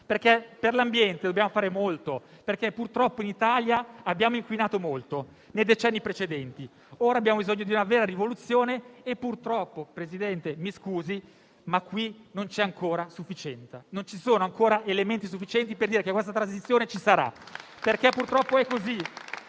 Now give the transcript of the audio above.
perché per l'ambiente dobbiamo fare molto. Purtroppo, in Italia abbiamo inquinato tanto nei decenni precedenti. Ora abbiamo bisogno di una vera rivoluzione e purtroppo, Presidente, mi scusi, non ci sono ancora elementi sufficienti per dire che questa transizione ci sarà. Purtroppo, è così